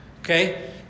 Okay